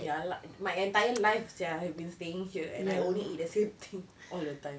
ya lah my entire life sia I've been staying here and I only eat the same thing all the time ya that's why they do what you want